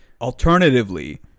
Alternatively